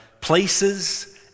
places